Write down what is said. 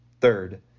Third